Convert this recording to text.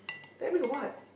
that mean what